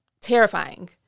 terrifying